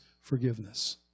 forgiveness